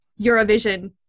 Eurovision